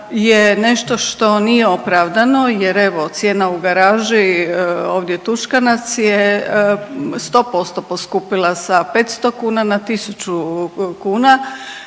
je nešto što nije opravdano jer evo cijena u garaži ovdje Tuškanac je 100% poskupila, sa 500 kuna na 1.000 kuna.